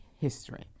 history